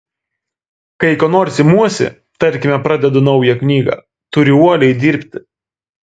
kai ko nors imuosi tarkime pradedu naują knygą turiu uoliai dirbti